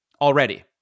Already